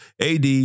AD